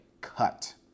cut